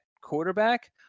quarterback